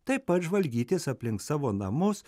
taip pat žvalgytis aplink savo namus